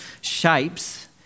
shapes